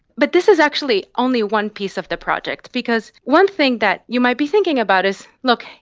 but this is actually only one piece of the project because one thing that you might be thinking about is, look,